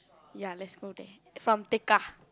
ya let's go there from Tekka